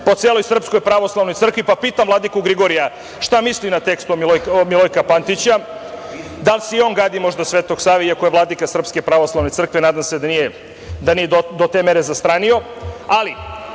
po celoj Srpskoj pravoslavnoj crkvi, pa pitam vladiku Grigorija šta misli o tekstu Milojka Pantića, da li se i on možda gadi Svetog Save iako je vladika SPC, nadam se da nije do te mere zastranio?U